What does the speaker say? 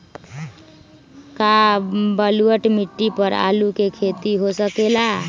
का बलूअट मिट्टी पर आलू के खेती हो सकेला?